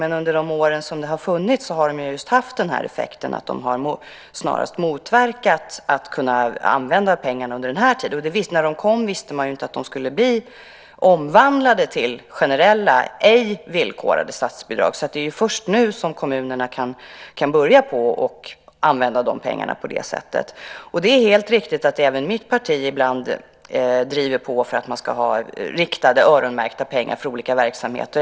Men under de år som de har funnits har de just haft effekten att snarast motverka användandet av pengarna under den tiden. När de kom visste man ju inte att de skulle bli omvandlade till generella, ej villkorade, statsbidrag. Det är först nu som kommunerna kan börja använda de pengarna på det sättet. Det är helt riktigt att även mitt parti ibland driver på för att man ska ha riktade, öronmärkta pengar för olika verksamheter.